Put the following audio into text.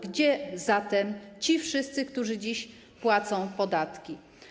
Gdzie zatem ci wszyscy, którzy dziś płacą podatki?